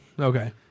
Okay